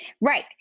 Right